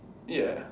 ya